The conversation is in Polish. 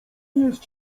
jest